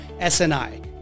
SNI